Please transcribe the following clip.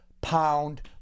pound